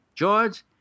George